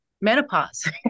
Menopause